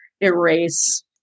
erase